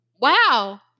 Wow